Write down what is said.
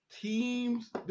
Teams